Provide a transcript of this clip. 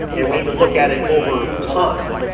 and we need to look at it over time.